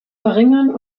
verringern